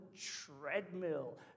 treadmill